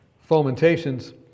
fomentations